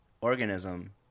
organism